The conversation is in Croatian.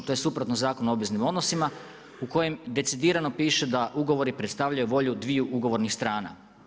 To je suprotno Zakonom o obveznim odnosima u kojem decidirano piše da ugovori predstavljaju volju 2 ugovornih strana.